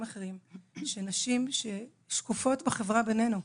אחרים של נשים שהן שקופות בחברה בינינו.